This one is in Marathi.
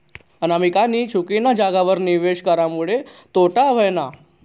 अनामिकानी चुकीना जागावर निवेश करामुये तोटा व्हयना